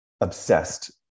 obsessed